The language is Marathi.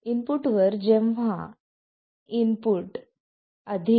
इनपुटवर जेव्हा इनपुट 0